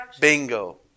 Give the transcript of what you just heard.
Bingo